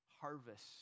harvest